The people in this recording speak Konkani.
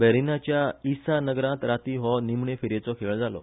बेरीनाच्या इसा नगरात राती हो निमणे फेरयेचो खेळ जालो